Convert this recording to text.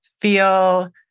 feel